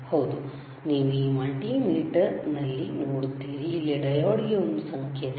ಹೌದು ನೀವು ಈ ಮಲ್ಟಿಮೀಟರ್ನಲ್ಲಿ ನೋಡುತ್ತೀರಿ ಇಲ್ಲಿ ಡಯೋಡ್ ಗೆ ಒಂದು ಸಂಕೇತವಿದೆ